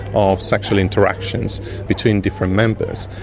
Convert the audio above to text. of sexual interactions between different members,